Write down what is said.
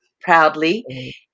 proudly